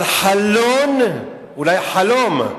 על חלון, אולי חלום,